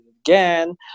Again